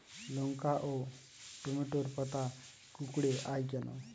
লঙ্কা ও টমেটোর পাতা কুঁকড়ে য়ায় কেন?